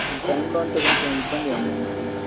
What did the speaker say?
ఈ టైంలో అంటే కొంచెం ఇబ్బంది అమ్మ మరి